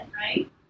right